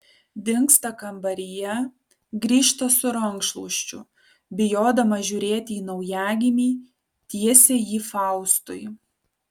dingsta kambaryje grįžta su rankšluosčiu bijodama žiūrėti į naujagimį tiesia jį faustui